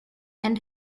and